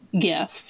gift